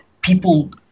people